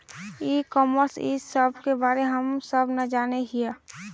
ई commerce इस सब के बारे हम सब ना जाने हीये?